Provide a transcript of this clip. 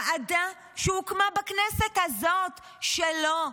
ועדה שהוקמה בכנסת הזאת שלו,